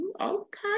Okay